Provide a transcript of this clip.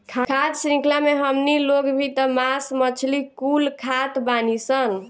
खाद्य शृंख्ला मे हमनी लोग भी त मास मछली कुल खात बानीसन